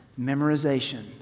memorization